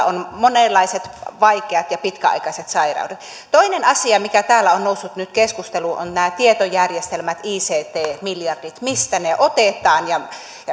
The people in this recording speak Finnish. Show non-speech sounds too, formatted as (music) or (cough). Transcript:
(unintelligible) on monenlaiset vaikeat ja pitkäaikaiset sairaudet toinen asia mikä täällä on noussut nyt keskusteluun on nämä tietojärjestelmät ict miljardit mistä ne otetaan ja